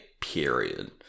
period